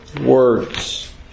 words